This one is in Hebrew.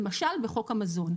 למשל בחוק המזון.